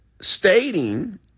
stating